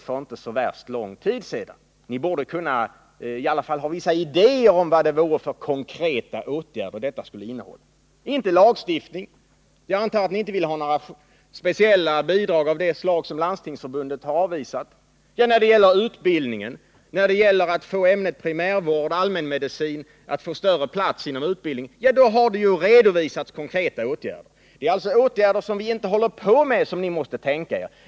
Det är inte så värst länge sedan ni satt i regeringsställning. Ni borde kunna ha vissa idéer om vad det är för konkreta åtgärder. Ni vill inte ha lagstiftning, och jag antar att ni inte vill ha några speciella bidrag av det slag som Landstingsförbundet har avvisat. När det gäller att få större plats för ämnet primärvård/ allmänmedicin inom utbildningen har ju konkreta åtgärder redovisats. Det är alltså åtgärder som vi inte redan vidtagit som ni måste tänka er.